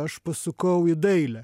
aš pasukau į dailę